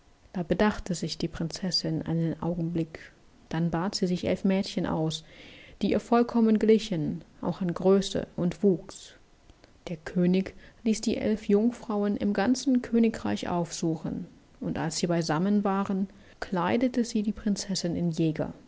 da bedachte sich die prinzessin einen augenblick dann bat sie sich elf mädchen aus die ihr vollkommen glichen auch an größe und wuchs der könig ließ die elf jungfrauen im ganzen königreich aufsuchen und als sie beisammen waren kleidete sie die prinzessin in jäger